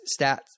stats